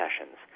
sessions